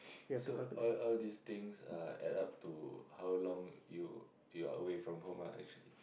so all all this things Uh add up to how long you you are away from home ah actually